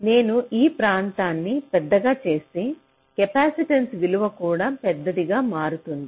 నేను ఈ ప్రాంతాన్ని పెద్దగా చేస్తే కెపాసిటెన్స్ విలువ కూడా పెద్దదిగా మారుతుంది